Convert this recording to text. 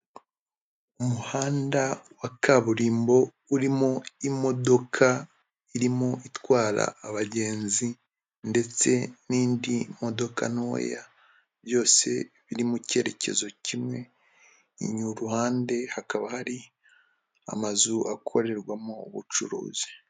Umuhanda wa kaburimbo urimo imodoka irimo itwara abagenzi ndetse n'indi modoka ntoya byose biri mu cyerekezo kimwe, inyuruhande hakaba hari amazu akorerwamo ubucuruzi.